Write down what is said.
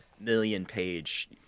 million-page